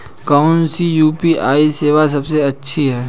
कौन सी यू.पी.आई सेवा सबसे अच्छी है?